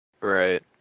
Right